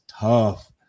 tough